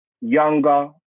younger